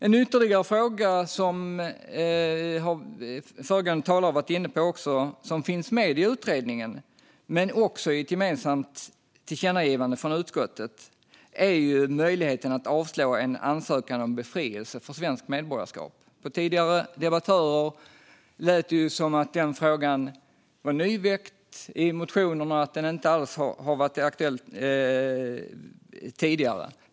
En ytterligare fråga som föregående talare varit inne på finns med i utredningen men också i ett gemensamt tillkännagivande från utskottet. Det handlar om möjligheten att avslå en ansökan om befrielse från svenskt medborgarskap. På tidigare talare lät det som att den frågan var nyväckt i motionerna och inte har varit aktuell tidigare.